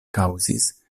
kaŭzis